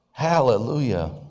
Hallelujah